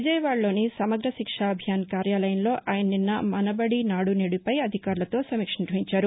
విజయవాడలోని సమగ్ర శిక్ష అభియాన్ కార్యాలయంలో ఆయన నిన్న మన బది నాడు నేదుపై అధికారులతో సమీక్ష నిర్వహించారు